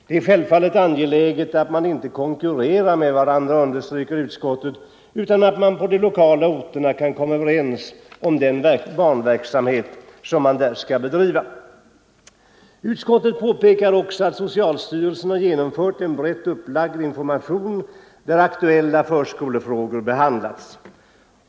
Det är självfallet angeläget att man inte konkurrerar med varandra, understryker utskottet, utan att man på de lokala orterna kan komma överens om den barnverksamhet som man där skall bedriva. Utskottet påpekar också att socialstyrelsen har genomfört en brett upplagd information där aktuella förskolefrågor behandlas.